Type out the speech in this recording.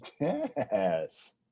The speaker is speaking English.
Yes